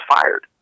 fired